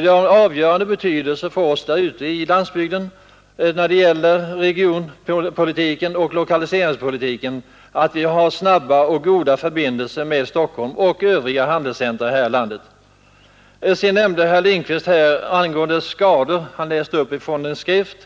Det är av avgörande betydelse för regionoch lokaliseringspolitiken att vi har snabba och goda förbindelser med Stockholm och övriga handelscentra i landet. Herr Lindkvist läste upp ur en skrift om